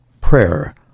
prayer